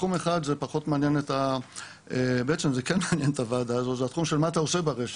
תחום אחד זה התחום של מה אתה עושה ברשת.